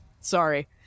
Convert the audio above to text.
Sorry